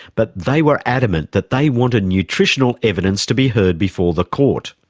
but they were adamant that they wanted nutritional evidence to be heard before the court.